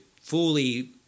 fully